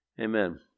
Amen